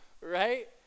right